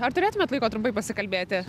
ar turėtumėt laiko trumpai pasikalbėti